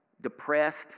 depressed